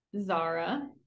Zara